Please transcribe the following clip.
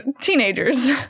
Teenagers